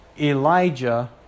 Elijah